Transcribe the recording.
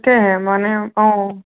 তাকেহে মানে অঁ